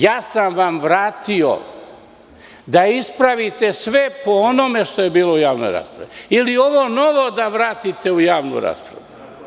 Ja sam vam vratio da ispravite sve po onome što je bilo u javnoj raspravi, ili ovo novo da vratite u javnu raspravu.